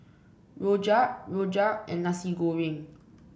rojak rojak and Nasi Goreng